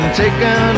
taken